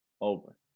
over